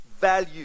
value